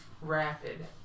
rapid